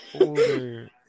older